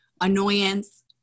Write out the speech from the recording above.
annoyance